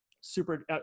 Super –